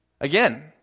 Again